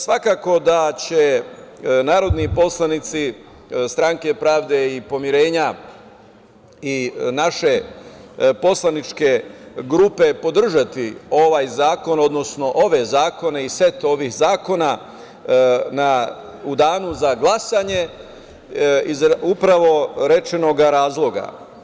Svakako da će narodni poslanici Stranke pravde i pomirenja i naše poslaničke grupe podržati ovaj zakon, odnosno ove zakone i set ovih zakona u danu za glasanje iz upravo rečenog razloga.